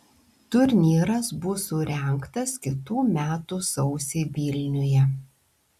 turnyras bus surengtas kitų metų sausį vilniuje